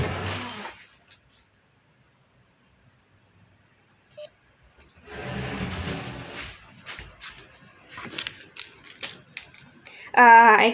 uh I